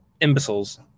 imbeciles